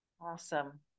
Awesome